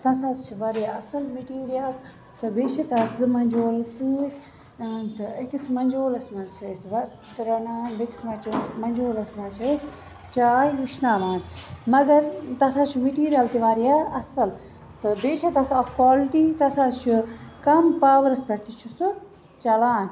تَتھ حظ چھِ واریاہ اَصٕل مِٹیٖریل تہٕ بیٚیہِ چھِ تَتھ زٕ منجول سۭتۍ تہٕ أکِس منجولس منٛز چھِ أسۍ بتہٕ رَنان بیٚیہِ کِس منٛز چھِ منجولَس منٛز چھِ أسۍ چاے وٕشناوان مگر تَتھ حظ چھُ مِٹیٖریَل تہِ واریاہ اَصٕل تہٕ بیٚیہِ چھےٚ تَتھ اَکھ کالٹی تَتھ حظ چھُ کَم پاورَس پٮ۪ٹھ تہِ چھِ سُہ چَلان